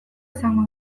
izango